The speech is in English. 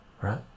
right